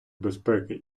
безпеки